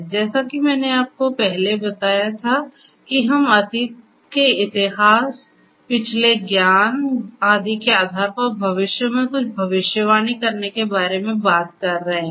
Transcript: जैसा कि मैंने आपको पहले बताया था कि हम अतीत के इतिहास पिछले ज्ञान आदि के आधार पर भविष्य में कुछ भविष्यवाणी करने के बारे में बात कर रहे हैं